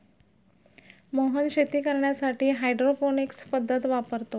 मोहन शेती करण्यासाठी हायड्रोपोनिक्स पद्धत वापरतो